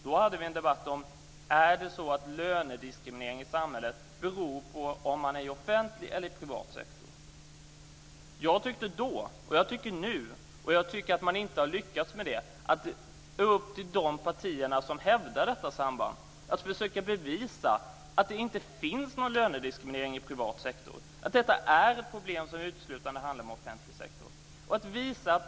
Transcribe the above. Då debatterade vi om det är så att lönediskriminering i samhället beror på om man är anställd i offentlig eller i privat sektor. Jag tyckte då, och jag tycker nu, att det är upp till de partier som hävdar detta samband att försöka bevisa att det inte finns någon lönediskriminering i privat sektor och att detta är ett problem som uteslutande finns i den offentliga sektorn, och jag tycker inte att de har lyckats med detta.